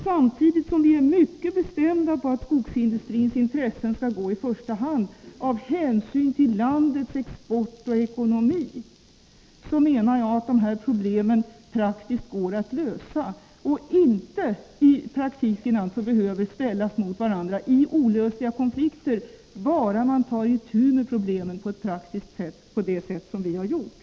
Samtidigt som vi är mycket bestämda på att skogsindustrins intressen skall gå i första hand, av hänsyn till landets export och ekonomi, tycker vi att de här problemen praktiskt går att lösa. De behöver alltså inte ställas mot varandra i olösliga — Nr 14 konflikter, bara man tar itu med problemen på det sätt som vi har gjort.